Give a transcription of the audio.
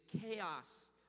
chaos